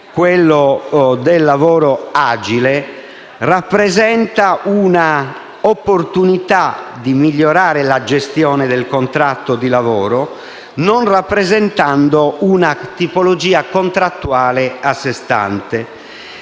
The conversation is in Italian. quello inerente il lavoro agile, rappresenta una opportunità di migliorare la gestione del contratto di lavoro, non rappresentando una tipologia contrattuale a sé stante.